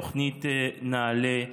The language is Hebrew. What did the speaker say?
תוכנית נעל"ה.